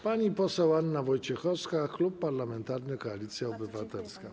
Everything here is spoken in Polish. Pani poseł Anna Wojciechowska, Klub Parlamentarny Koalicja Obywatelska.